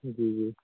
جی جی